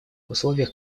условиях